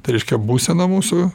tai reiškia būsena mūsų